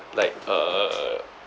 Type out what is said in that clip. like uh